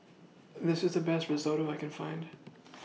This IS The Best Risotto I Can Find